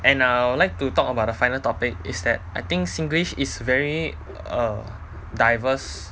and I would like to talk about the final topic is that I think singlish is very err diverse